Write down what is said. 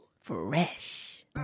Fresh